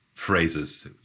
Phrases